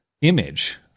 image